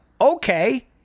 Okay